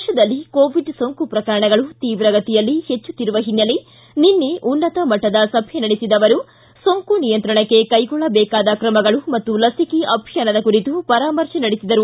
ದೇಶದಲ್ಲಿ ಕೋವಿಡ್ ಸೋಂಕು ಪ್ರಕರಣಗಳು ತೀವ್ರಗತಿಯಲ್ಲಿ ಹೆಚ್ಚುತ್ತಿರುವ ಹಿನ್ನೆಲೆ ನಿನ್ನೆ ಉನ್ನತ ಮಟ್ಟದ ಸಭೆ ನಡೆಸಿದ ಅವರು ಸೋಂಕು ನಿಯಂತ್ರಣಕ್ಕೆ ಕೈಗೊಳ್ಳಬೇಕಾದ ಕ್ರಮಗಳು ಮತ್ತು ಲಸಿಕೆ ಅಭಿಯಾನದ ಕುರಿತು ಪರಾಮರ್ತೆ ನಡೆಸಿದರು